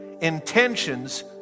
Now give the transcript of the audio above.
Intentions